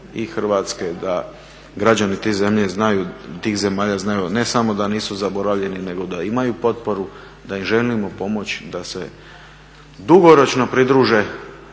Hrvatske da građani tih zemalja znaju ne samo da nisu zaboravljeni nego da imaju potporu, da im želimo pomoći da se dugoročno pridruže